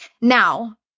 Now